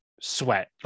sweat